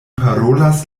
parolas